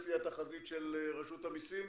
לפי התחזית של רשות המיסים,